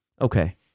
Okay